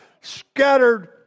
scattered